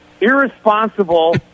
irresponsible